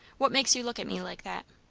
what makes you look at me like that?